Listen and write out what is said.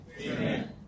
amen